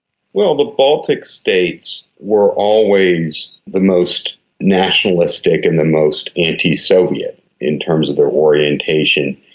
well, the baltic states were always the most nationalistic and the most anti-soviet in terms of their orientation,